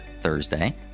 Thursday